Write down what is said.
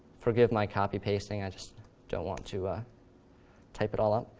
forgive my copy pasting, i just don't want to type it all out.